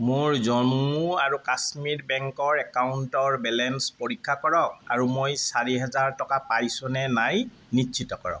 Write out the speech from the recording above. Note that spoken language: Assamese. মোৰ জম্মু আৰু কাশ্মীৰ বেংকৰ একাউণ্টৰ বেলেঞ্চ পৰীক্ষা কৰক আৰু মই চাৰি হেজাৰ টকা পাইছোঁ নে নাই নিশ্চিত কৰক